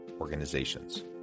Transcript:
Organizations